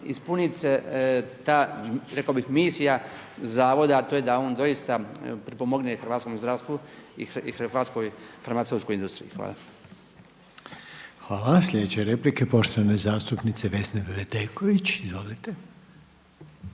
ispunit se ta rekao bih misija zavoda, a to je da on doista pripomogne hrvatskom zdravstvu i hrvatskoj farmaceutskoj industriji. Hvala. **Reiner, Željko (HDZ)** Hvala. Sljedeća je replika poštovane zastupnice Vesne Bedeković. Izvolite.